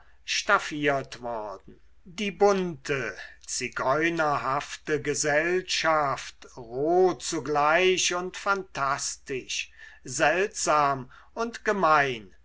staffiert worden die bunte zigeunerhafte gesellschaft roh zugleich und phantastisch seltsam und gemein